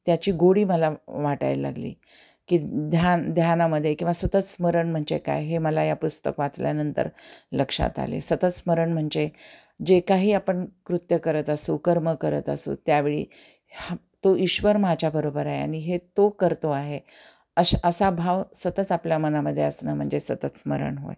त्याची गोडी मला वाटायला लागली की ध्यान ध्यानामध्ये किंवा सतत स्मरण म्हणजे काय हे मला या पुस्तक वाचल्यानंतर लक्षात आले सतत स्मरण म्हणजे जे काही आपण कृत्य करत असो कर्म करत असो त्यावेळी हा तो ईश्वर माझ्याबरोबर आहे आणि हे तो करतो आहे अश असा भाव सतच आपल्या मनामध्ये असणं म्हणजे सततस्मरण होय